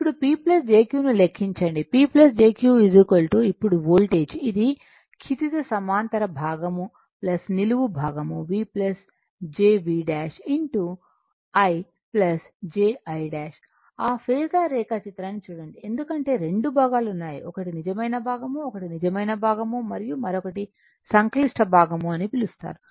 ఇప్పుడు P jQ ను లెక్కించండి P jQ ఇప్పుడు వోల్టేజ్ ఇది క్షితిజ సమాంతర భాగం నిలువు భాగం V jV i j I ' ఆ ఫేసర్ రేఖాచిత్రాన్ని చూడండి ఎందుకంటే 2 భాగాలు ఉన్నాయి ఒకటి నిజమైన భాగం ఒకటి నిజమైన భాగం మరియు మరొకటి సంక్లిష్ట భాగం అని పిలుస్తారు